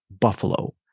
buffalo